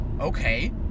okay